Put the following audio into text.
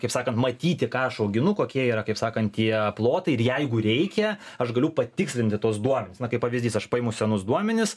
kaip sakant matyti ką aš auginu kokie yra kaip sakant tie plotai ir jeigu reikia aš galiu patikslinti tuos duomenis na kaip pavyzdys aš paimu senus duomenis